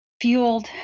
fueled